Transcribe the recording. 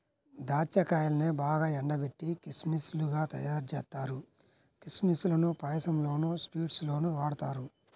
దాచ్చా కాయల్నే బాగా ఎండబెట్టి కిస్మిస్ లుగా తయ్యారుజేత్తారు, కిస్మిస్ లను పాయసంలోనూ, స్వీట్స్ లోనూ వాడతారు